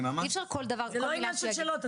אי אפשר כל מילה --- זה לא עניין של שאלות.